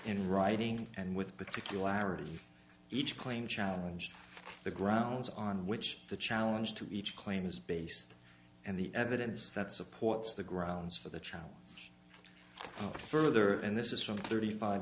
in writing and with particularity of each claim challenge the grounds on which the challenge to each claim is based and the evidence that supports the grounds for the trial further and this is from thirty five